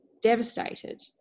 devastated